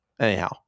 Anyhow